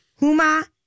Huma